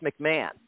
McMahon